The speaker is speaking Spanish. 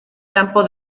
campo